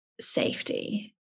safety